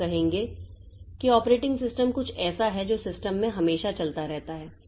तो हम कहेंगे कि ऑपरेटिंग सिस्टम कुछ ऐसा है जो सिस्टम में हमेशा चलता रहता है